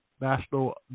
National